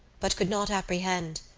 but could not apprehend,